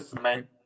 man